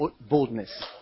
boldness